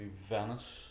Venice